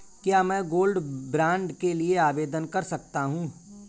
क्या मैं gold bond के लिए आवेदन कर सकता हूं?